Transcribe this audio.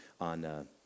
on